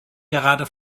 gerade